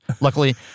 luckily